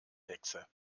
hexe